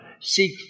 Seek